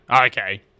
Okay